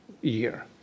year